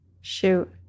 shoot